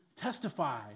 testify